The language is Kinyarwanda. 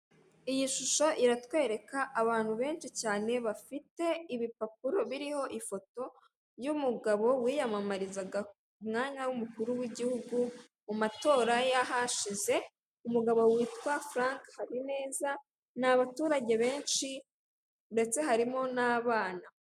Iyi shusho iratwereka abantu benshi cyane bafite ibipapuro biriho ifoto y'umugabo wiyamamarizaga umwanya w'umukuru w'igihugu mumatora y'ahashize, umugabo witwa Furanke Habineza ni abaturage benshi ndetse harimo n'abana.